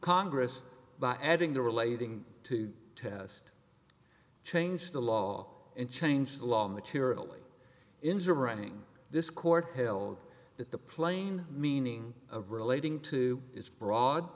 congress by adding the relating to test change the law and change the law materially injuring this court held that the plain meaning of relating to is broad